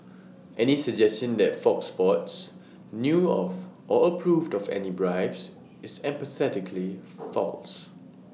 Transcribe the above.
any suggestion that fox sports knew of or approved of any bribes is emphatically false